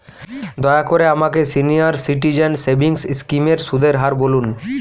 দয়া করে আমাকে সিনিয়র সিটিজেন সেভিংস স্কিমের সুদের হার বলুন